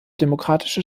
demokratische